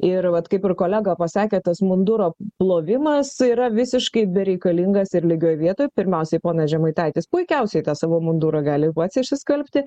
ir vat kaip ir kolega pasakė tas munduro plovimas yra visiškai bereikalingas ir lygioj vietoj pirmiausiai ponas žemaitaitis puikiausiai tą savo mundurą gali ir pats išsiskalbti